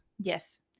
Yes